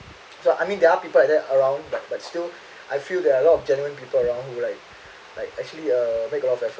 so I mean there are people like that around but but still I feel there are a lot of genuine people around who like like actually uh make a lot of effort